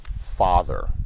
father